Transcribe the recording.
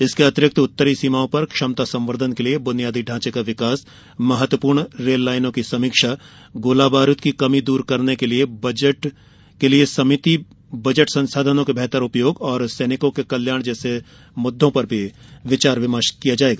इसके अतिरिक्त उत्तरी सीमाओं पर क्षमता संवर्द्वन के लिए बुनियादी ढांचे का विकास महत्वपूर्ण रेल लाइनों की समीक्षा गोली बारूद की कमी दूर करन के लिए सीमित बजट संसाधनों के बेहतर उपयोग और सैनिकों के कल्याण जैसे मुद्दों पर भी विचार विमर्श किया जाएगा